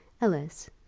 Ellis